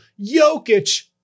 Jokic